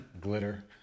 glitter